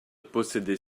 posséder